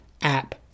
app